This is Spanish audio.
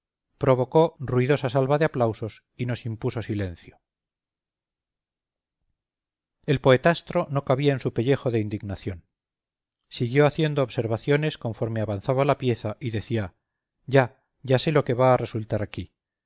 provocó ruidosa salva de aplausos y nos impuso silencio el poetastro no cabía en su pellejo de indignación siguió haciendo observaciones conforme avanzaba la pieza y decía ya ya sé lo que va a resultar aquí